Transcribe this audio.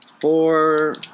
four